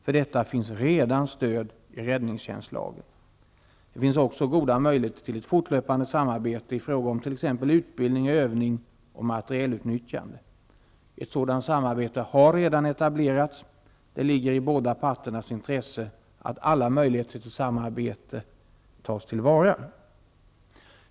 För detta finns redan stöd i räddningstjänstlagen. Det finns också goda möjligheter till ett fortlöpande samarbete i fråga om t.ex. utbildning, övning och materielutnyttjande. Ett sådant samarbete har redan etablerats. Det ligger i båda parternas intresse att alla möjligheter till samarbete tas till vara.